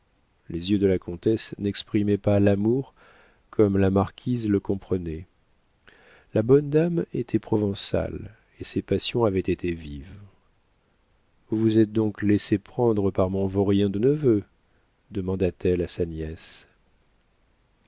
les yeux de la comtesse n'exprimaient pas l'amour comme la marquise le comprenait la bonne dame était provençale et ses passions avaient été vives vous vous êtes donc laissé prendre par mon vaurien de neveu demanda-t-elle à sa nièce